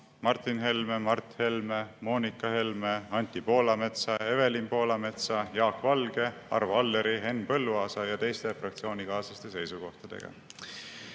Martin Helme, Mart Helme, Moonika Helme, Anti Poolametsa, Evelin Poolametsa, Jaak Valge, Arvo Alleri, Henn Põlluaasa ja teiste fraktsioonikaaslaste seisukohtadega. Ma